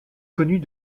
connus